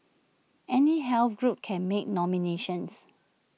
any health group can make nominations